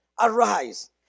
Arise